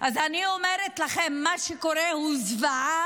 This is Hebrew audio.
אז אני אומרת לכם שמה שקורה הוא זוועה,